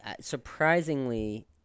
surprisingly